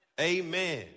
Amen